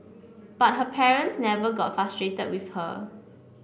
but her parents never got frustrated with her